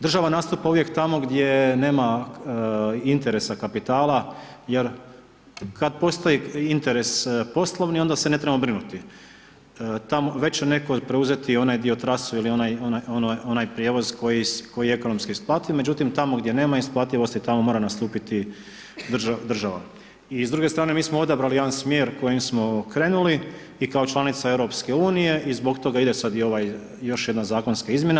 Država nastupa uvijek tamo gdje nema interesa kapitala jer kad postoji interes poslovni, onda se ne trebamo brinuti, tamo, već će netko preuzeti onaj dio trasu ili onaj prijevoz koji je ekonomski isplativ, međutim, tamo gdje nema isplativosti, tamo mora nastupiti država i s druge strane, mi smo odabrali jedan smjer kojim smo krenuli i kao članica EU i zbog toga ide sad i ovaj još jedna zakonska izmjena.